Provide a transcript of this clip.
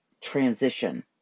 transition